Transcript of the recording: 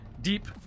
deep